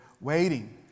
waiting